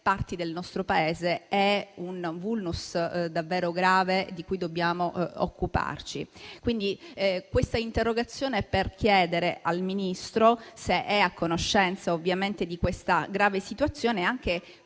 parti del nostro Paese, è un *vulnus* davvero grave di cui dobbiamo occuparci. Abbiamo presentato questa interrogazione, quindi, per chiedere al Ministro se è a conoscenza di questa grave situazione e anche